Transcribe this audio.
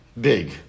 Big